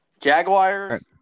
Jaguars